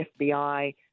FBI